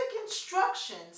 instructions